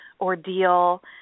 ordeal